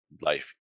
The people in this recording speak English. life